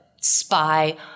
spy